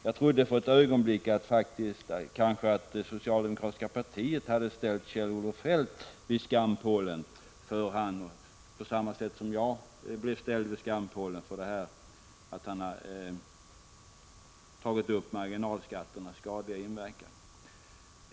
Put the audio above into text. Jag trodde faktiskt för ett ögonblick att socialdemokratiska partiet hade ställt Kjell-Olof Feldt vid skampålen på samma sätt som jag blev ställd vid skampålen för att ha tagit upp marginalskatternas skadliga inverkan.